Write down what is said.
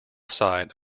side